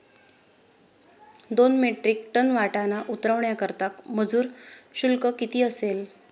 दोन metric tonne वाटाणा उतरवण्याकरता मजूर शुल्क किती असेल?